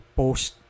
post